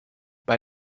bei